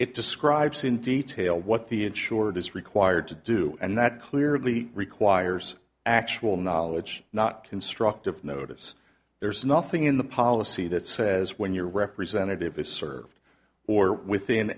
it describes in detail what the insured is required to do and that clearly requires actual knowledge not constructive notice there's nothing in the policy that says when your representative is served or within